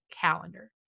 calendar